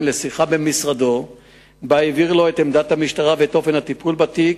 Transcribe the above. לשיחה במשרדו ובה הבהיר לו את עמדת המשטרה ואת אופן הטיפול בתיק,